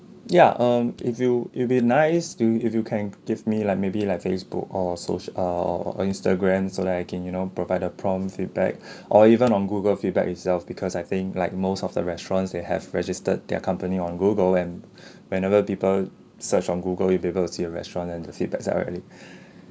ya um if you it'll be nice to if you can give me like maybe like facebook or soci~ err or instagram so that I can you know provide a prompt feedback or even on google feedback itself because I think like most of the restaurants they have registered their company on google and whenever people search on google it'll be able to see the restaurant and the feedback directly